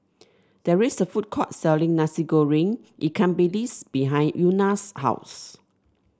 there is a food court selling Nasi Goreng Ikan Bilis behind Una's house